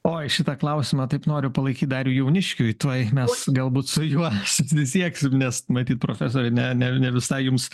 oi šitą klausimą taip noriu palaikyt dariui jauniškiui tuoj mes galbūt su juo susisieksim nes matyt profesore ne ne ne visai jums